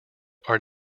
are